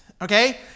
Okay